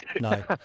No